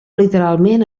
literalment